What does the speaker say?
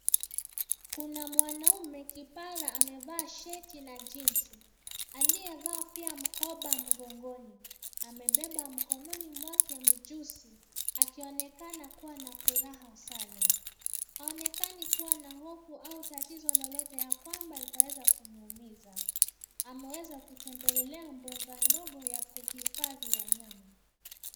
Kuna mwanaume kipara amevaa sheti na jinsi, aliyevaa pia mkoba mgongoni. Amebeba mkononi mwake mjusi, akionekana kuwa na furaha sana. Haonekani kua na hofu au tatizo lolote ya kwamba itaweza kumuumiza. Ameweza kutembelelea mbunga ndogo ya kuhifadhi wanyama.